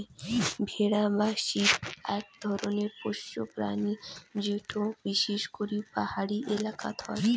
ভেড়া বা শিপ আক ধরণের পোষ্য প্রাণী যেটো বিশেষ করি পাহাড়ি এলাকাত হই